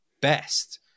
best